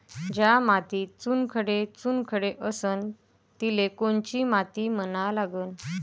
ज्या मातीत चुनखडे चुनखडे असन तिले कोनची माती म्हना लागन?